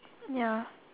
ya